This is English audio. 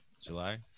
july